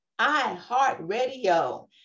iHeartRadio